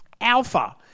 Alpha